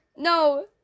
No